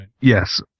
Yes